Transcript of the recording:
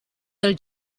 del